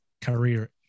career